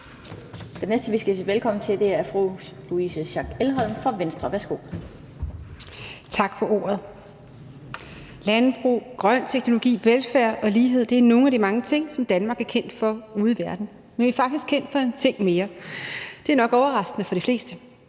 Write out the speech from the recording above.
Den næste, vi skal sige velkommen til, er fru Louise Schack Elholm fra Venstre. Værsgo. Kl. 19:23 (Ordfører) Louise Schack Elholm (V): Tak for ordet. Landbrug, grøn teknologi, velfærd og lighed er nogle af de mange ting, som Danmark er kendt for ude i verden. Men vi er faktisk kendt for en ting mere, og det er nok overraskende for de fleste,